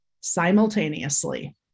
simultaneously